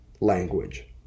language